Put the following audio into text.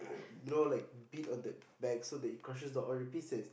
you know like beat on the bag so that it crushes the Oreo pieces